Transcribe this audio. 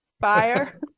fire